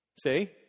See